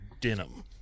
denim